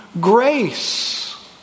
grace